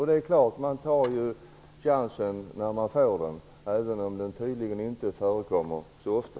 Det är klart att man tar chansen när man får den, även om den inte kommer så ofta.